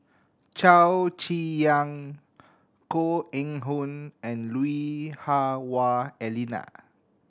Chow Chee Yong Koh Eng Hoon and Lui Hah Wah Elena